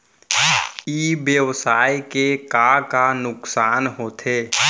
ई व्यवसाय के का का नुक़सान होथे?